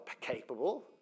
capable